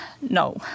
no